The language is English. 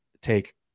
take